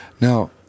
Now